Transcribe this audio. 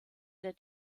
der